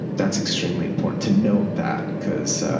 that's extremely important to note that, because